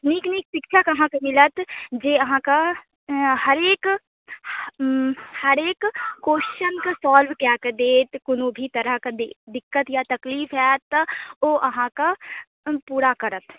नीक नीक शिक्षक अहाँकेँ मिलत जे अहाँकेँ हरेक हरेक क्वेश्चनके सॉल्व कऽ कऽ देत कोनो भी तरहके दिकक्त या तकलीफ होयत तऽ ओ अहाँकेँ पूरा करत